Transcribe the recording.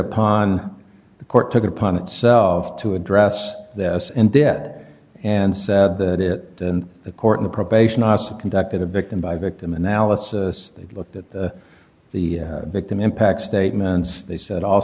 upon the court took it upon itself to address this in debt and said that it and the court the probation officer conducted a victim by victim analysis they looked at the the victim impact statements they said all